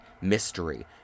mystery